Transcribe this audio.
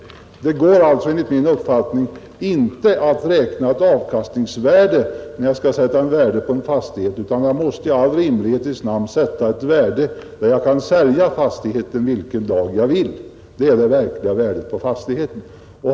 Det går alltså enligt min uppfattning inte att räkna ett avkastningsvärde när man skall sätta ett värde på en fastighet, utan man måste i all rimlighets namn sätta ett värde med hänsyn till att jag kan sälja fastigheten vilken dag jag vill — då får man fram det verkliga värdet på fastigheten.